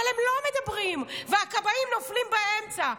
אבל הם לא מדברים, והכבאים נופלים באמצע.